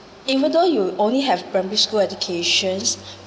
even though you only have primary school educations